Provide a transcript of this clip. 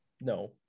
No